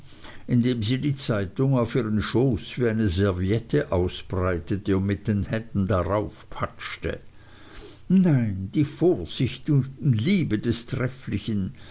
indem sie die zeitung auf ihren schoß wie eine serviette ausbreitete und mit den händen draufpatschte nein die vorsicht und liebe des trefflichen